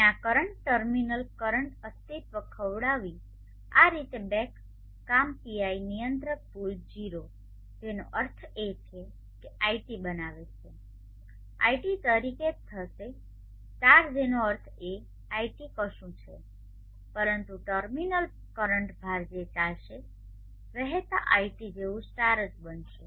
અને આ current terminal current અસ્તિત્વ ખવડાવી આ રીતે બેક કામ PI નિયંત્રક ભૂલ 0 જેનો અર્થ છે કે iT બનાવે છે iT તરીકે જ થશે સ્ટાર જેનો અર્થ એ iT કશું છે પરંતુ ટર્મિનલ કરંટ ભાર જે ચાલશે વહેતા iT જેવું સ્ટાર જ બને છે